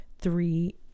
three